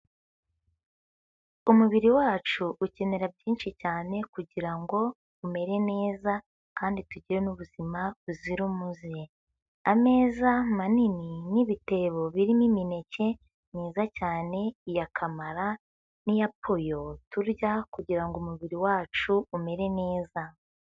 Umubiri wacu ukenera byinshi cyane kugira ngo umere neza kandi tugire n'ubuzima buzira umuze, ameza manini n'ibitebo birimo imineke myiza cyane ya kamara n'iya poyo turya kugira ngo umubiri wacu umere neza.